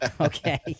okay